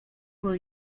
will